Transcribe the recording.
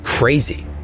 crazy